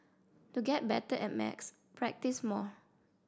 to get better at maths practise more